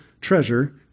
treasure